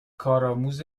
کارآموز